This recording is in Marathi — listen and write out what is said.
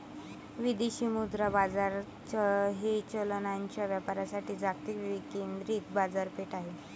विदेशी मुद्रा बाजार हे चलनांच्या व्यापारासाठी जागतिक विकेंद्रित बाजारपेठ आहे